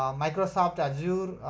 um microsoft azure, ah,